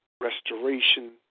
restoration